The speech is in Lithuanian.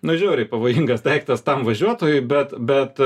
nu žiauriai pavojingas daiktas tam važiuotojui bet bet